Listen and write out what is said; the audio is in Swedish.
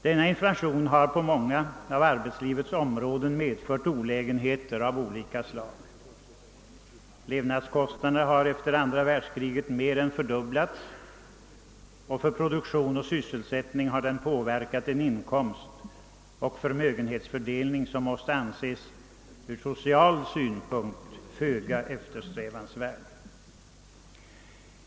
Denna inflation har på många av arbetslivets områden medfört olägenheter av olika slag. Levnadskostnaderna har efter andra världskriget mer än fördubblats och för produktion och sysselsättning samt inkomstoch förmögenhetsfördelning har den medfört verkningar som måste anses ur social synpunkt föga eftersträvansvärda.